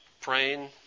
praying